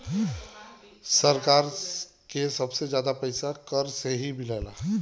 सरकार के सबसे जादा पइसा कर से ही मिलला